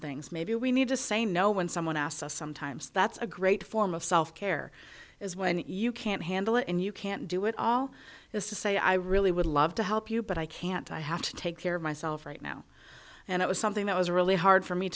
things maybe we need to say no when someone asks us sometimes that's a great form of self care is when you can't handle it and you can't do it all is to say i really would love to help you but i can't i have to take care of myself right now and it was something that was really hard for me